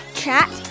chat